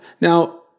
Now